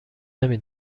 نمی